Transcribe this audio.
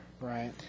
right